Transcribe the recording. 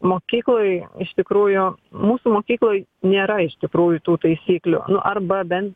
mokykloj iš tikrųjų mūsų mokykloj nėra iš tikrųjų tų taisyklių nu arba bent